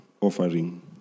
offering